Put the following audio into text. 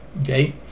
okay